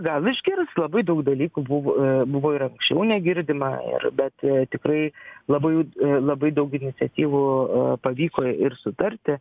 gal išgirs labai daug dalykų buvo buvo ir anksčiau negirdima ir bet tikrai labai labai daug iniciatyvų pavyko ir sutarti